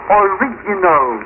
original